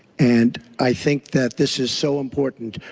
and i think that this is so important.